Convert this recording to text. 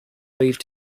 leave